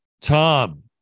Tom